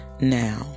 now